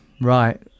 Right